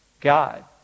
God